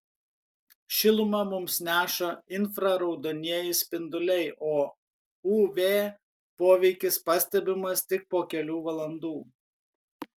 šilumą mums neša infraraudonieji spinduliai o uv poveikis pastebimas tik po kelių valandų